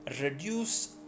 reduce